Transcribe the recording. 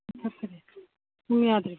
ꯃꯨꯊꯠꯈꯔꯦ ꯄꯨꯡ ꯌꯥꯗ꯭ꯔꯤꯕꯣ